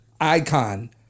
icon